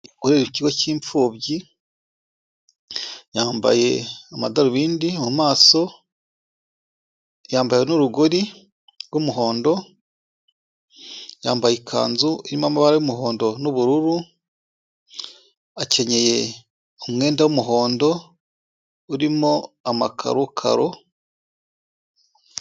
Urera ikigo cy'imfubyi, yambaye amadarubindi mu maso, yambaye n'urugori rw'umuhondo, yambaye ikanzu irimo amabara y'umuhondo n'ubururu, akenyeye umwenda w'umuhondo, urimo amakarokaro...